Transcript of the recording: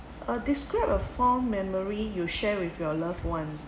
uh describe a fond memory you share with your loved one